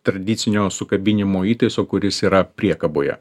tradicinio sukabinimo įtaiso kuris yra priekaboje